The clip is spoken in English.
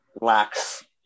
lacks